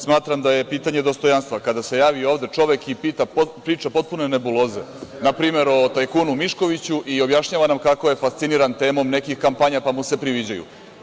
Smatram da je pitanje dostojanstva kada se javi ovde čovek i priča potpune nebuloze, npr. o tajkunu Miškoviću i objašnjava nam kako je fasciniran temom nekih kampanja, pa mu se priviđaju.